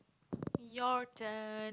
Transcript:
your turn